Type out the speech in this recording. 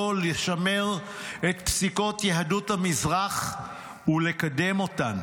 לשמר את פסיקות יהדות המזרח ולקדם אותן,